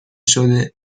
شده